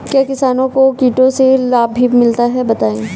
क्या किसानों को कीटों से लाभ भी मिलता है बताएँ?